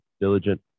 diligent